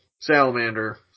Salamander